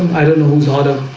i don't know who's harder.